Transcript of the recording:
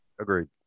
Agreed